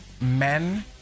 men